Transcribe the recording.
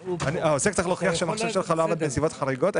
העוסק צריך להוכיח שהמחשב שלך לא עבד בנסיבות חריגות?